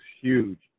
huge